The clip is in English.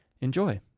enjoy